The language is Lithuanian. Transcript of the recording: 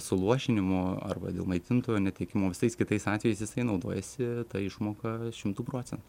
suluošinimu arba dėl maitintojo netekimo visais kitais atvejais jisai naudojasi ta išmoka šimtu procentu